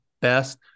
best